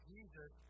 Jesus